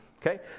Okay